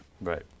right